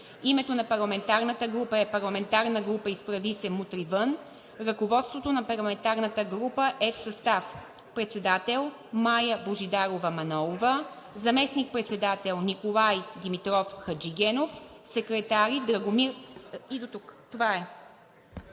Името на парламентарната група е парламентарна група „Изправи се! Мутри вън!“ Ръководството на парламентарната група е в състав: председател – Мая Божидарова Манолова; заместник-председател – Николай Димитров Хаджигенов; секретари: Драгомир Георгиев